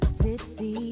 tipsy